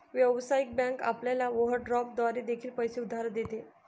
व्यावसायिक बँक आपल्याला ओव्हरड्राफ्ट द्वारे देखील पैसे उधार देते